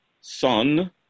son